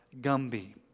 Gumby